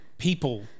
people